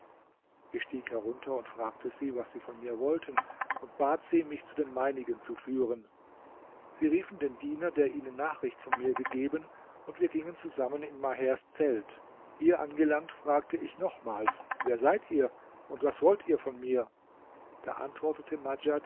ich stieg herunter und fragte sie was sie von mir wollten und bat sie mich zu den meinigen zu führen sie riefen den diener der ihnen nachricht von mir gegeben und wir gingen zusammen in mahers zelt hier angelangt fragte ich nochmals wer seid ihr und was wollt ihr von mir da antwortete madjad